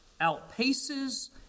outpaces